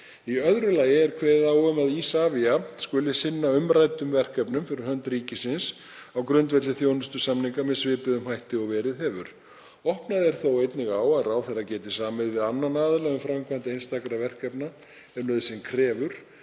Í öðru lagi er kveðið á um að Isavia skuli sinna umræddum verkefnum fyrir hönd ríkisins á grundvelli þjónustusamninga með svipuðum hætti og verið hefur. Opnað er þó einnig á að ráðherra geti samið við annan aðila um framkvæmd einstakra verkefna ef nauðsyn krefur